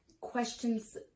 questions